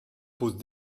pose